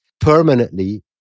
permanently